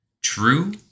True